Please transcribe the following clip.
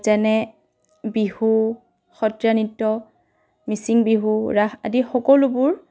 যেনে বিহু সত্ৰীয়া নৃত্য মিচিং বিহু ৰাস আদি সকলোবোৰ